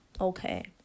okay